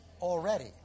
already